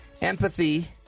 empathy